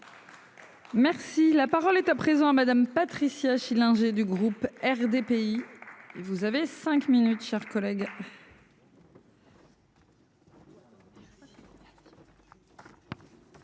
Merci la parole est à présent à Madame. Patricia Schillinger du groupe RDPI. Et vous avez 5 minutes, chers collègues.